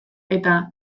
eta